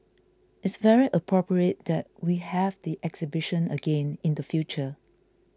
it's very appropriate that we have the exhibition again in the future